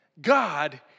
God